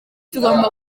tugomba